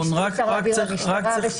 שאפשר להעביר למשטרה.